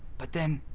but then,